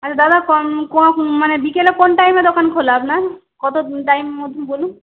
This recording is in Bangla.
আচ্ছা দাদা কম কম মানে বিকেলে কোন টাইমে দোকান খোলা আপনার কত টাইমমতো বলুন